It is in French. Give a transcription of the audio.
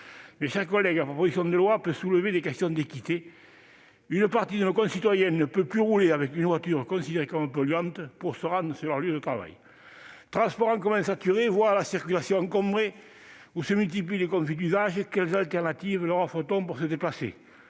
Mes chers collègues, la proposition de loi peut soulever des questions d'équité : une partie de nos concitoyens ne peuvent plus rouler avec des voitures considérées comme polluantes pour se rendre sur leur lieu de travail. Transports en commun saturés, voies de circulation encombrées où se multiplient les conflits d'usage, quelles alternatives leur offre-t-on pour se déplacer ?